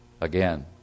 Again